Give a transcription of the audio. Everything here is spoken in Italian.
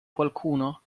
qualcuno